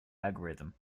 algorithm